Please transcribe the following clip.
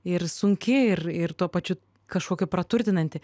ir sunki ir ir tuo pačiu kažkokia praturtinanti